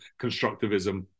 constructivism